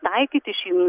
taikyti šį